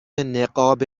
نقاب